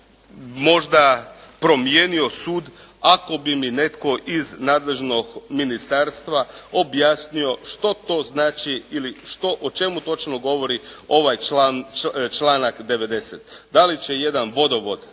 možda promijenio sud ako bi mi netko iz nadležnog ministarstva objasnio što to znači ili što , o čemu točno govori ovaj članak 90. da li će jedan vodovod